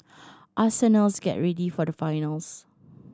arsenals get ready for the finals